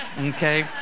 Okay